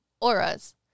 auras